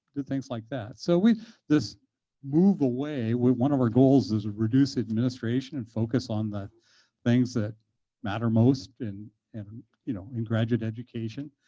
did things like that. so this move away, one of our goals is reduced administration and focus on the things that matter most in and and you know in graduate education.